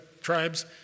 tribes